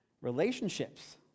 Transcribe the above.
relationships